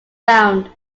found